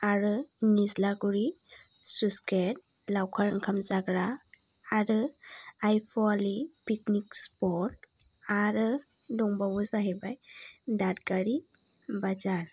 आरो निज्लागुरि sluice gate लावखार ओंखाम जाग्रा आरो आइ फवालि पिकनिक स्पट आरो दंबावो जाहैबाय दादगारि बाजार